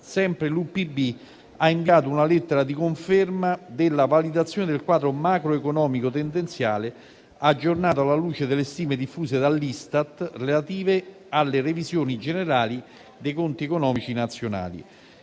sempre l'UPB ha inviato una lettera di conferma della validazione del quadro macroeconomico tendenziale aggiornato alla luce delle stime diffuse dall'Istat, relative alle revisioni generali dei conti economici nazionali.